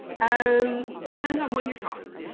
and depends on when you're talking.